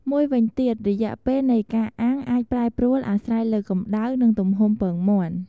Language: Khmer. មួយវិញទៀត រយៈពេលនៃការអាំងអាចប្រែប្រួលអាស្រ័យលើកម្តៅ និងទំហំពងមាន់។